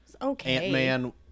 Ant-Man